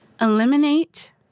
Eliminate